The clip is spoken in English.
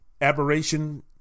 aberration